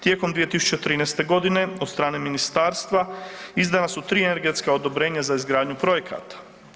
Tijekom 2013.g. od strane ministarstva izdana su 3 energetska odobrenja za izgradnju projekata.